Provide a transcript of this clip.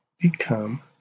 become